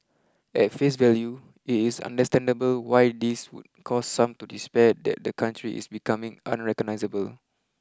at face value it is understandable why this would cause some to despair that the country is becoming unrecognisable